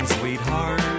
sweetheart